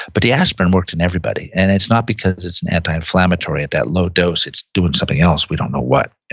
but the aspirin worked in everybody, and it's not because it's an anti-inflammatory at that low dose. it's doing something else. we don't know what.